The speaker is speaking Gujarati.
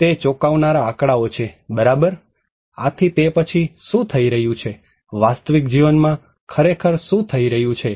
તે ચોંકાવનારા આંકડાઓ છે બરાબર આથી તે પછી શું થઈ રહ્યું છે વાસ્તવિક જીવનમાં ખરેખર શું થઈ રહ્યું છે